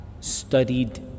studied